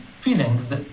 feelings